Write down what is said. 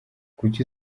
kuki